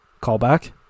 Callback